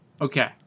Okay